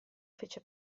fece